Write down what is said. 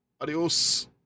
Adios